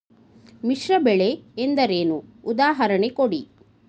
ಮಿಶ್ರ ಬೆಳೆ ಎಂದರೇನು, ಉದಾಹರಣೆ ಕೊಡಿ?